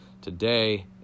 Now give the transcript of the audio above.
today